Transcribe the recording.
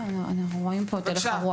אנחנו רואים פה את הלך הרוח.